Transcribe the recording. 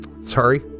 sorry